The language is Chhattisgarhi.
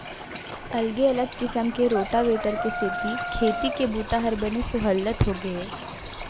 अगले अलग किसम के रोटावेटर के सेती खेती के बूता हर बने सहोल्लत होगे हे